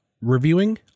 reviewing